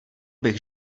bych